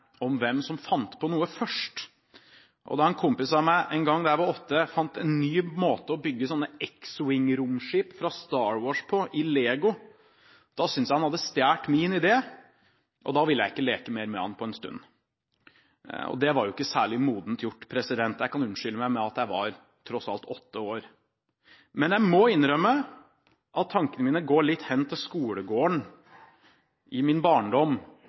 om hvem som fant på noe først. Da en kompis av meg en gang da jeg var åtte år, fant en ny måte å bygge X-Wing-romskip fra Star Wars på i Lego, syntes jeg han hadde stjålet min idé, og da ville jeg ikke leke med ham på en stund. Det var ikke særlig modent gjort; jeg kan unnskylde meg med at jeg tross alt var åtte år. Men jeg må innrømme at tankene mine går litt hen til skolegården i min barndom